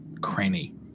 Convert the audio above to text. cranny